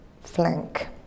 flank